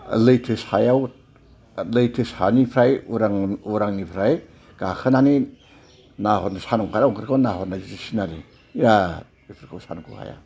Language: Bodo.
लैथो सायाव लैथो सानिफ्राय उरां उरांनिफ्राय गाखोनानै माबा सान ओंखारहां ओंखारहांखौ नाहरनाय जि सिनारि बिराद बेफोरखौ सानख' हाया